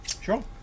Sure